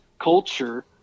culture